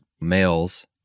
males